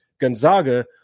Gonzaga –